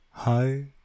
Hi